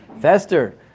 fester